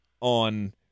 on